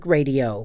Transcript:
Radio